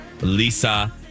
Lisa